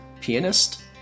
pianist